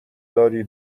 داری